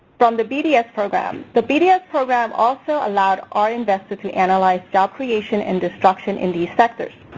from the bds program. the bds program also allowed our investor to analyze job creation and destruction in these sectors.